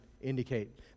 indicate